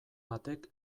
batek